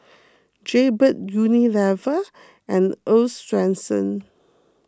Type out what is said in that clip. Jaybird Unilever and Earl's Swensens